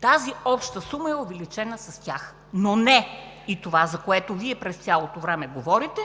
Тази обща сума е увеличена с тях, но не и затова, за което Вие през цялото време говорите,